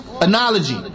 analogy